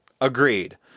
Agreed